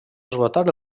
esgotar